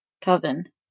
Coven